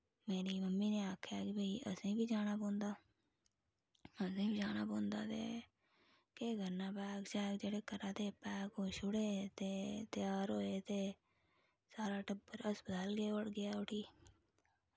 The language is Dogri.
मेरी मम्मी नै आक्खेआ भाई असें बी जाना पौंदा असैं बी जाना पौंदा ते केह् करना बैग शैग जेह्के करा दे पैक ओह् छुड़े ते त्यार होए ते सारा टब्बर हस्पताल गेआ उठी